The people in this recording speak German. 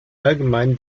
allgemeinen